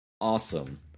awesome